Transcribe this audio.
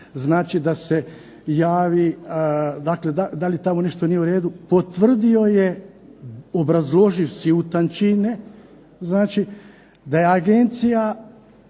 da se javi da li tamo nešto nije u redu, potvrdio je obrazloživši u tančine da je Agencija